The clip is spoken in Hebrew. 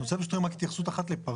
(היו"ר ווליד טאהא) אני רוצה ברשותכם רק התייחסות אחת לפריז,